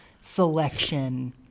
selection